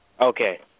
Okay